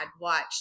watch